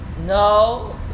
No